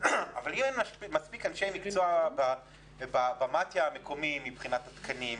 אבל אם אין מספיק אנשי מקצוע במתי"א המקומי בתקנים,